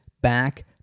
back